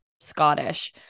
Scottish